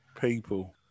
people